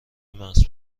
مغر